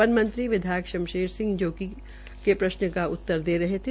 one मंत्रीविधायक शमशेर सिह गोगी के प्रश्न का उतर दे रहे थे